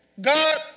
God